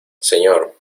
señor